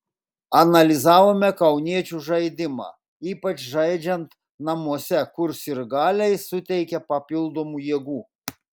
analizavome kauniečių žaidimą ypač žaidžiant namuose kur sirgaliai suteikia papildomų jėgų